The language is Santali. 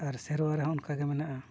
ᱟᱨ ᱥᱮᱨᱣᱟ ᱨᱮᱦᱚᱸ ᱚᱱᱠᱟ ᱜᱮ ᱢᱮᱱᱟᱜᱼᱟ